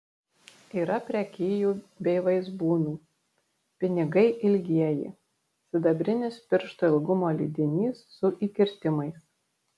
yra prekijų bei vaizbūnų pinigai ilgieji sidabrinis piršto ilgumo lydinys su įkirtimais